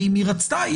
ואם רצתה,